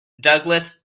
douglas